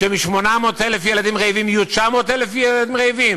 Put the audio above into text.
שמ-800,000 ילדים רעבים יהיו 900,000 ילדים רעבים?